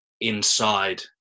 inside